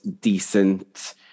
decent